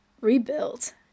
rebuilt